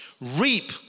reap